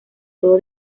todo